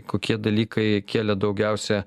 kokie dalykai kėlė daugiausia